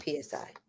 PSI